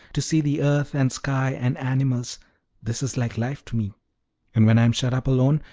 to see the earth and sky and animals this is like life to me and when i am shut up alone,